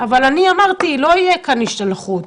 אבל אמרתי שלא תהיה כאן השתלחות,